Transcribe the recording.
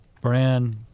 brand